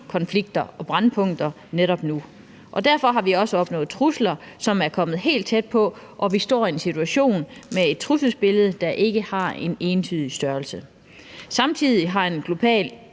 konflikter og brændpunkter netop nu. Og derfor har vi også oplevet trusler, som er kommet helt tæt på, og vi står i en situation med et trusselsbillede, der ikke har en entydig størrelse. Samtidig har en global